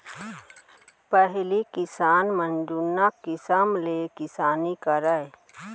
पहिली किसान मन जुन्ना किसम ले किसानी करय